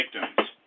victims